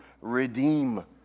redeem